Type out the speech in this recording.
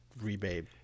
rebate